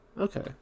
Okay